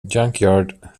junkyard